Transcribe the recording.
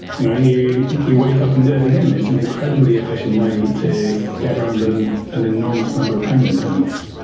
you know, you you wake up and do it again. it's an incredibly efficient way to get around and an enormous number of penguin colonies.